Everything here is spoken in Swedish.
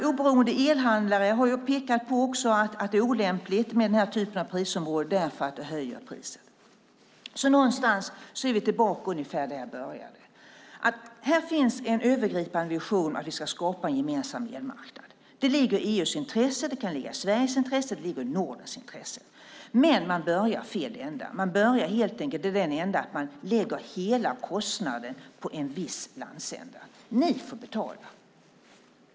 Oberoende elhandlare har också pekat på att det är olämpligt med den här typen av prisområden därför att det höjer priset. Därmed är vi tillbaka ungefär där jag började. Här finns en övergripande vision om att vi ska skapa en gemensam elmarknad. Det ligger i EU:s intresse, det kan ligga i Sveriges intresse och det ligger i Nordens intresse. Men man börjar i fel ända. Man börjar helt enkelt med att lägga hela kostnaden på en viss landsända och säger: Ni får betala.